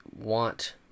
want